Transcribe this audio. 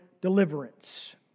deliverance